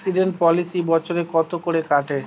Accident policy বছরে কত করে কাটে?